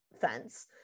fence